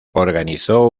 organizó